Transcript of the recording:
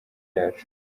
ryacu